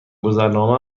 گذرنامه